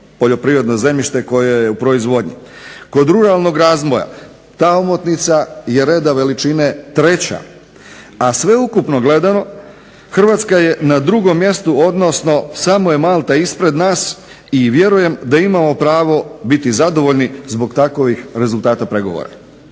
poljoprivredno zemljište koje je u proizvodnji. Kod ruralnog razvoja ta omotnica je reda veličine 3., a sveukupno gledano Hrvatska je na 2. mjestu odnosno samo je Malta ispred nas i vjerujem da imamo pravo biti zadovoljni zbog takovih rezultata pregovora.